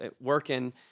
working